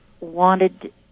wanted